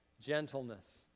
gentleness